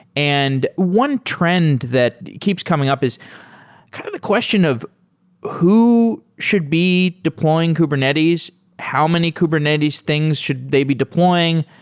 and one trend that keeps coming up is kind of the question of who should be deploying kubernetes. how many kubernetes things should they be deploying?